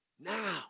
now